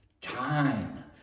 time